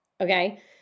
okay